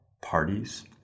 parties